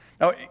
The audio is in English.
Now